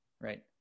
Right